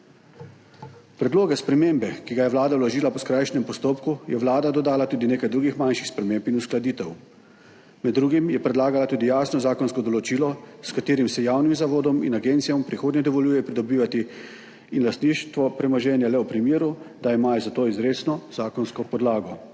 Predlogu spremembe, ki ga je Vlada vložila po skrajšanem postopku, je Vlada dodala tudi nekaj drugih manjših sprememb in uskladitev, med drugim je predlagala tudi jasno zakonsko določilo, s katerim se javnim zavodom in agencijam v prihodnje dovoljuje pridobivati in lastništvo premoženja le v primeru, da imajo za to izrecno zakonsko podlago.